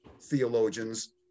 theologians